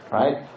right